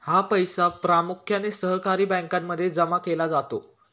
हा पैसा प्रामुख्याने सहकारी बँकांमध्ये जमा केला जातो